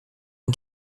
and